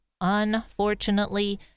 unfortunately